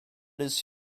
his